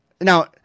Now